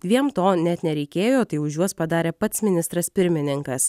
vien to net nereikėjo tai už juos padarė pats ministras pirmininkas